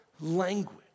language